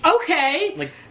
Okay